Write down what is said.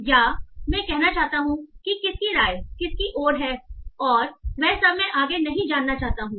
या मैं यह कहना चाहता हूं कि किसकी राय किसकी ओर है और वह सब मैं आगे नहीं जाना चाहता हूं